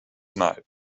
night